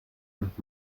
und